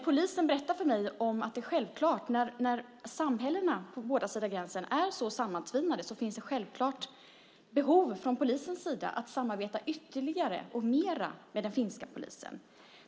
Polisen berättar för mig att när samhällena på båda sidor gränsen är så sammantvinnade det självklart finns behov från polisens sida att samarbeta ytterligare och mer med den finska polisen.